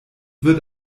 wird